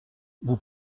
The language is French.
vous